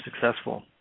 successful